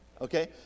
Okay